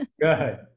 good